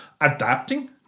adapting